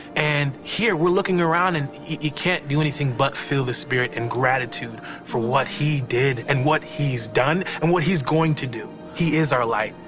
and here, we're looking around, and, you can't do anything but feel the spirit and gratitude for what he did and what he's done, and what he's going to do. he is our light,